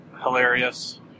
hilarious